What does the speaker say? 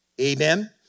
Amen